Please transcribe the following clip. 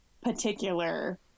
particular